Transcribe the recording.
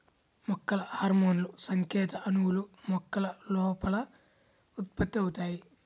మొక్కల హార్మోన్లుసంకేత అణువులు, మొక్కల లోపల ఉత్పత్తి అవుతాయి